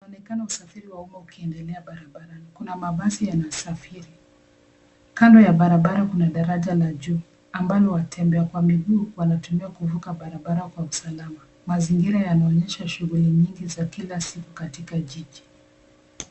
Inaonekana ni usafiri wa umma ukiendelea barabarani. Kuna mabasi yanasafiri. Kando ya barabara kuna daraja la juu. Ambalo watembea kwa miguu wanatumia kuvuka barabara kwa usalama. Mazingira yanaonyesha shughuli nyingi za kila siku katika jiji.